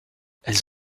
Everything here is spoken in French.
elles